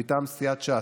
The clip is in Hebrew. מטעם סיעת ש"ס,